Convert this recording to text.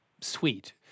sweet